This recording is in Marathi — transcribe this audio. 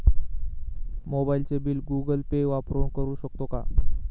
मोबाइलचे बिल गूगल पे वापरून भरू शकतो का?